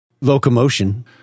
Locomotion